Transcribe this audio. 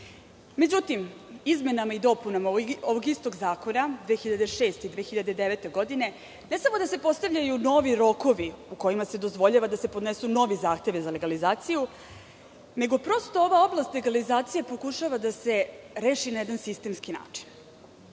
izmenama i dopunama ovog istog zakona 2006. i 2009. godine ne samo da se postavljaju novi rokovi u kojima se dozvoljava da se podnesu novi zahtevi za legalizaciju, nego prosto ova oblast legalizacije pokušava da se reši na jedan sistemski način.